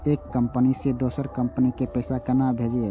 एक कंपनी से दोसर कंपनी के पैसा केना भेजये?